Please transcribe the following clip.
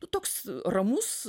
toks ramus